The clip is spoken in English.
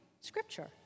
scripture